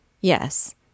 Yes